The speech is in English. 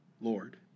Lord